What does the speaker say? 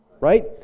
Right